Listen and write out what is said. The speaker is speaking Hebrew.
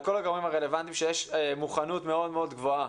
כל הגורמים הרלוונטיים שיש מוכנות מאוד מאוד גבוהה